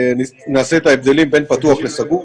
נעשה את ההבדלים בין פתוח לסגור,